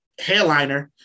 hairliner